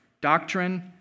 Doctrine